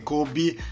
Kobe